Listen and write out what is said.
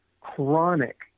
chronic